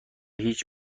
هیچ